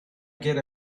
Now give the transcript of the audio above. get